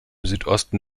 südosten